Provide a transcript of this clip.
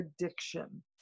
addiction